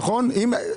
נכון?